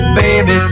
baby